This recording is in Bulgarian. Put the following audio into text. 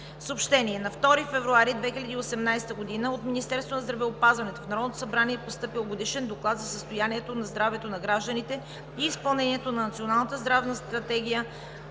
и финанси. На 2 февруари 2018 г. от Министерство на здравеопазването в Народното събрание е постъпил Годишен доклад за състоянието на здравето на гражданите и изпълнението на Националната здравна стратегия